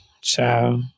Ciao